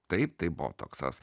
taip tai botoksas